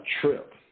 trip